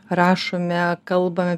rašome kalba